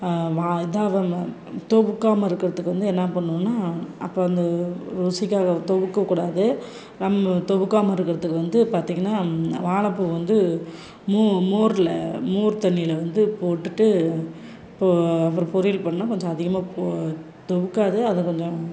வா இதாகாம துவக்காமல் இருக்கிறதுக்கு வந்து என்ன பண்ணுவோன்னா அப்போ அந்த ருசிக்காக துவக்க கூடாது நம்ம துவக்காம இருக்கிறதுக்கு வந்து பார்த்தீங்கன்னா வாழைப்பூவ வந்து மோ மோரில் மோர் தண்ணியில் வந்து போட்டுட்டு பொ அப்புறம் பொரியல் பண்ணிணா கொஞ்சம் அதிகமாக பொ துவக்காது அது கொஞ்சம்